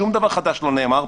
שום דבר חדש לא נאמר פה.